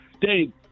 Dave